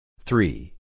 Three